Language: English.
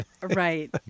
right